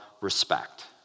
respect